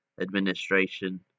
administration